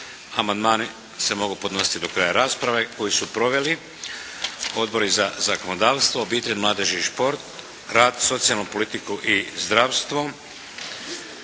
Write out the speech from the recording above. Amandmani se mogu podnositi do kraja rasprave koje su proveli Odbori za zakonodavstvo, obitelj, mladež i šport, rad, socijalnu politiku i zdravstvo.